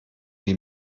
die